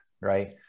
right